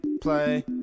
play